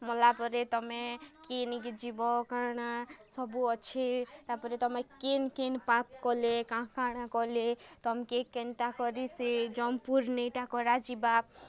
ମଲା ପରେ ତମେ କେନିକେ ଯିବ କାଣା ସବୁ ଅଛେ ତା'ପରେ ତମେ କେନ୍ କେନ୍ ପାପ୍ କଲେ କାଣା କାଣା କଲେ ତମକେ କେନ୍ତା କରି ସେ ଯମପୁରନେଁ ଇଟା କରାଯିବା